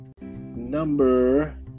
Number